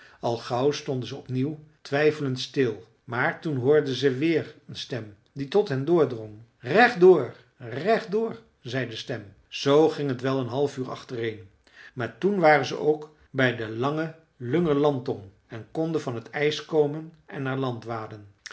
al gauw stonden ze opnieuw twijfelend stil maar toen hoorden ze weer een stem die tot hen doordrong recht door recht door zei de stem zoo ging het wel een half uur achtereen maar toen waren ze ook bij de lange lungerlandtong en konden van het ijs komen en naar land waden